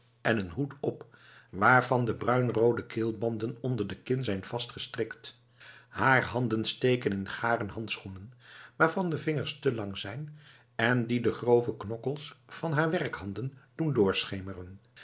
en een hoed op waarvan de bruinroode keelbanden onder de kin zijn vastgestrikt haar handen steken in garen handschoenen waarvan de vingers te lang zijn en die de grove knokkels van haar werkhanden doen doorschemeren